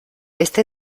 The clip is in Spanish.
este